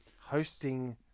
hosting